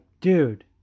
dude